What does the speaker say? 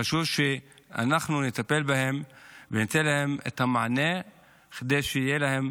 חשוב שאנחנו נטפל בהם וניתן להם את המענה כדי שיהיה להם